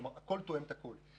הכול תואם את הכול.